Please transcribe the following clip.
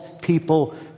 people